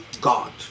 God